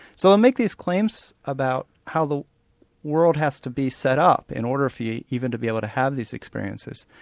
so they'll make these claims about how the world has to be set up in order for you even to be able to have these experiences.